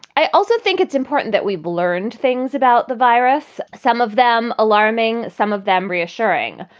i also think it's important that we've learned things about the virus, some of them alarming, some of them reassuring.